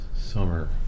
summer